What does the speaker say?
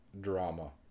drama